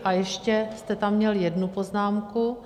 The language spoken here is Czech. A ještě jste tam měl jednu poznámku.